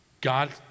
God